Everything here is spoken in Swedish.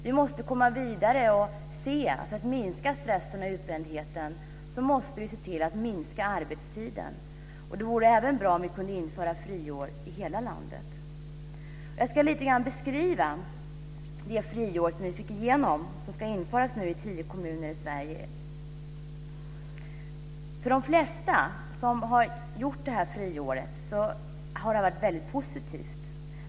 Vi måste komma vidare, och för att minska stressen och utbrändheten måste vi se till att minska arbetstiden. Det vore även bra om vi kunde införa friår i hela landet. Jag ska lite grann beskriva det friår som vi fick igenom och som nu ska införas i tio kommuner i För de flesta som har tagit ett friår har det varit väldigt positivt.